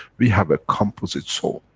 we have a composite soul,